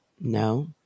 No